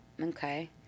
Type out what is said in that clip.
Okay